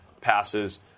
passes